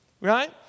right